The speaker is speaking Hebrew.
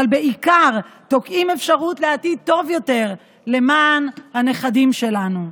אבל בעיקר תוקעים אפשרות לעתיד טוב יותר למען הנכדים שלנו.